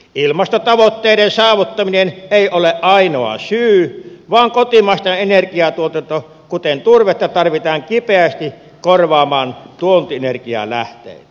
ilmastotavoitteiden saavuttaminen ei ole ainoa syy vaan kotimaista energiatuotantoa kuten turvetta tarvitaan kipeästi korvaamaan tuontienergialähteitä